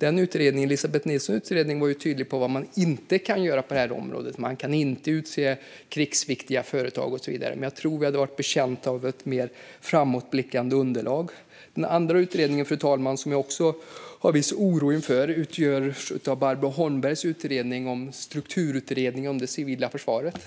Elisabeth Nilssons utredning var tydlig med vad man inte kan göra på detta område. Man kan inte utse krigsviktiga företag och så vidare. Men jag tror att vi hade varit betjänta av ett mer framåtblickande underlag. Fru talman! Den andra utredningen som jag också hyser en viss oro inför är Barbro Holmbergs strukturutredning om det civila försvaret.